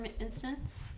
instance